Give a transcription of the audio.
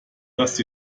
das